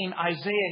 Isaiah